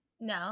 no